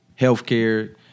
Healthcare